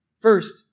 First